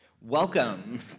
Welcome